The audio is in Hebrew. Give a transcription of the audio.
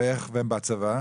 ובצבא?